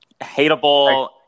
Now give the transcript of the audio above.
hateable